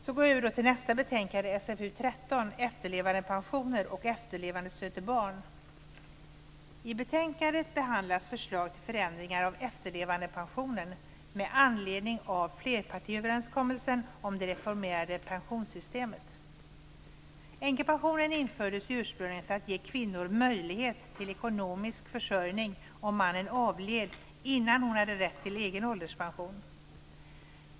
Så går jag över till nästa betänkande, Fru talman! Änkepensionen infördes ursprungligen för att ge kvinnor möjlighet till ekonomisk försörjning om mannen avled innan hon hade rätt till egen ålderspension.